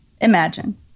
imagine